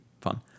fun